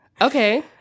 Okay